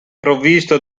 provvisto